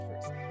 first